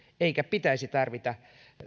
eikä pitäisi tarvita